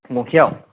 गंसेयाव